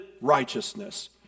righteousness